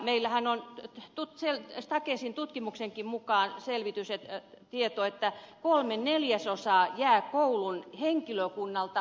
meillähän on stakesin tutkimuksenkin mukaan tieto että kolme neljäsosaa tapauksista jää koulun henkilökunnalta huomaamatta